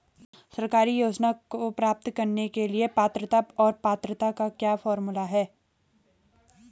सरकारी योजनाओं को प्राप्त करने के लिए पात्रता और पात्रता का क्या फार्मूला है?